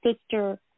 sister